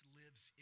lives